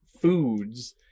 foods